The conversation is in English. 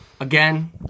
Again